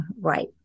Right